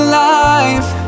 life